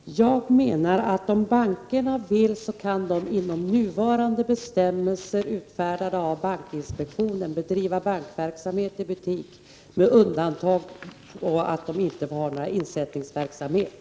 Herr talman! Jag menar att om bankerna vill, så kan de inom ramen för nuvarande bestämmelser, utfärdade av bankinspektionen, bedriva bankverksamhet i butik, med undantag för att de inte får ha någon insättningsverksamhet.